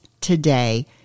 today